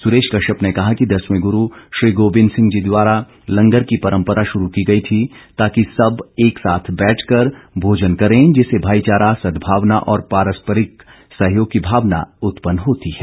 सुरेश कश्यप ने कहा कि दसवें गुरु श्री गोबिंद सिंह जी द्वारा लंगर की परंपरा शुरू की गई थी ताकि सब एक साथ बैठ कर भोजन करें जिससे भाईचारा सदभावना और पारस्परिक सहयोग की भावना उत्पन्न होती है